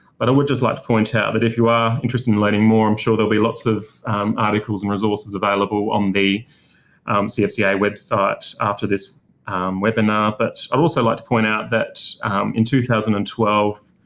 but i would just like to point out that if you are interested in learning more, i'm sure there'll be lots of articles and resources available on the cfca website after this webinar. but i'd also like to point out that in two thousand and twelve,